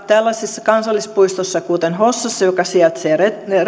tällaisessa kansallispuistossa kuten hossassa joka sijaitsee